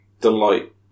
delight